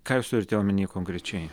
ką jūs turite omenyje konkrečiai